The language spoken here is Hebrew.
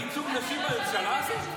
--- אתה מדבר על ייצוג נשי בממשלה הזאת?